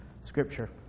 scripture